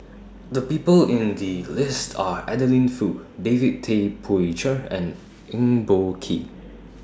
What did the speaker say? The People included in The list Are Adeline Foo David Tay Poey Cher and Eng Boh Kee